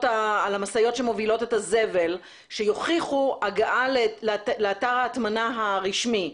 שמובילות את הזבל שיוכיחו הגעה לאתר ההטמנה הרשמי.